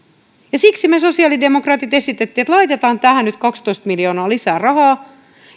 siksi me sosiaalidemokraatit esitimme että laitetaan tähän nyt kaksitoista miljoonaa lisää rahaa